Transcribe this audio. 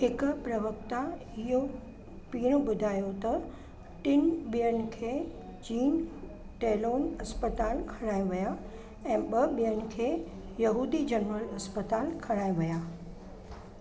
हिक प्रवक्ता इयो पिणु ॿुधायो त टिन ॿियनि खे जीन टेलोन इस्पतालि खणाए विया ऐं ॿ ॿियनि खे यहूदी जनरल इस्पतालि खणाए विया